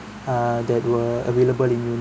err that were available in uni